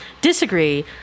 disagree